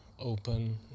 open